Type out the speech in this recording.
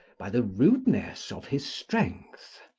by the rudeness of his strength.